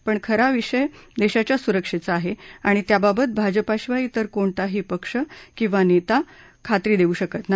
पण खरा विषय देशाच्या सुरक्षेचा आहे आणि त्याबाबत भाजपाशिवाय इतर कोणताही पक्ष किवा नेता याविषयी खात्री देऊ शकत नाही